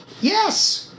Yes